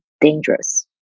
dangerous